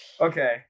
okay